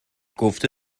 گفته